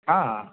હા